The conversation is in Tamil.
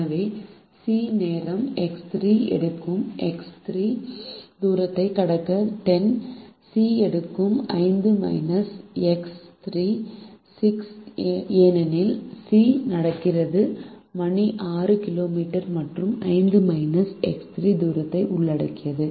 எனவே C நேரம் X3 எடுக்கும் எக்ஸ் 3 தூரத்தை கடக்க 10 சி எடுக்கும் 5 X¿ ¿3 6¿ ஏனெனில் சி நடக்கிறது மணிக்கு 6 கிலோமீட்டர் மற்றும் தூரத்தை உள்ளடக்கியது